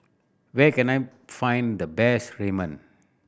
where can I find the best Ramen